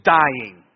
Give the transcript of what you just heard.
dying